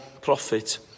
profit